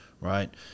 right